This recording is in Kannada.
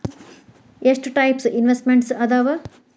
ಎಷ್ಟ ಟೈಪ್ಸ್ ಇನ್ವೆಸ್ಟ್ಮೆಂಟ್ಸ್ ಅದಾವ